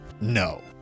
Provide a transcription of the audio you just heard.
no